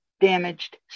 damaged